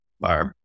Barb